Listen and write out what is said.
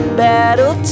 battle